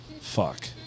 Fuck